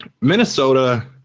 Minnesota